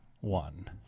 one